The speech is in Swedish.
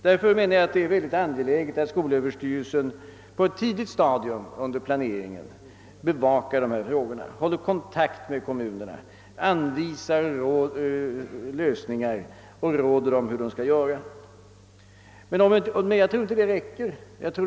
Därför menar jag att det är synnerligen angeläget att skolöverstyrelsen på ett tidigt stadium under planeringen bevakar dessa frågor, håller kontakt med kommunerna, anvisar lösningar och ger råd om hur kommunerna skall förfara. Men jag tror inte att detta räcker.